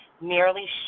merely